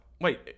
Wait